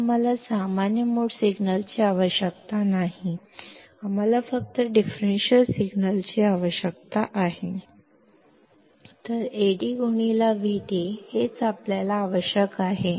ನಮಗೆ common mode signal ಅಗತ್ಯವಿಲ್ಲದ ಕಾರಣ ನಮಗೆ AdVd ಎಂಬ ಡಿಫರೆನ್ಷಿಯಲ್ ಸಿಗ್ನಲ್ಗಳು ಮಾತ್ರ ಬೇಕಾಗುತ್ತವೆ ಇದು ನಮಗೆ ಬೇಕಾಗಿರುವುದು